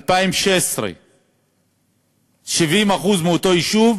2016. 70% מהיישוב